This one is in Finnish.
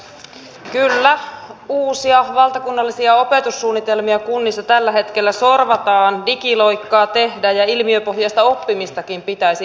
kyllä uusia valtakunnallisia opetussuunnitelmia kunnissa tällä hetkellä sorvataan digiloikkaa tehdään ja ilmiöpohjaista oppimistakin pitäisi edistää